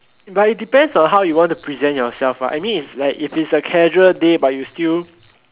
but it depends on how you want to present yourself [what] I mean if like is a casual day but you still